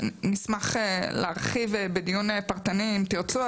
נשמח להרחיב בדיון פרטני אם תרצו,